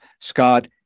Scott